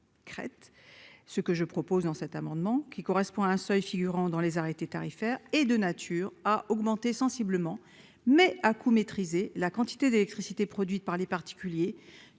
ce que je propose dans cet amendement, qui correspond à un seuil figurant dans les arrêtés tarifaires est de nature à augmenter sensiblement, mais à coût maîtrisé la quantité d'électricité produite par les particuliers